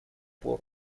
пор